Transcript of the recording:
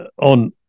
on